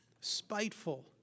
spiteful